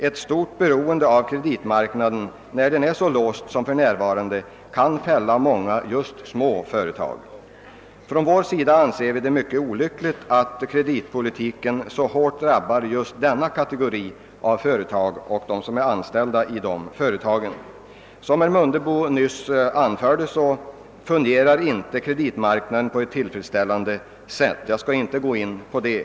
Ett stort beroende av kreditmarknaden, när den är så låst som för närvarande, kan fälla många just små företag. Vi anser det mycket olyckligt att kreditpolitiken så hårt drabbar just denna kategori av företag och de anställda i dessa företag. Såsom herr Mundebo nyss anförde, fungerar inte kreditmarknaden på ett tillfredsställande sätt. Jag skall inte ytterligare gå in på detta.